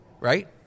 right